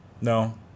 No